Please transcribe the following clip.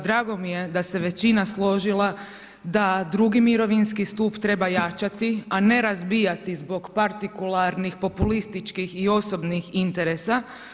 Drago mi je da se većina složila da drugi mirovinski stup treba jačati a ne razbijati zbog partikularnih, populističkih i osobnih interesa.